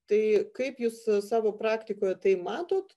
tai kaip jūs savo praktikoje tai matot